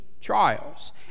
trials